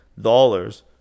dollars